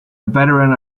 veteran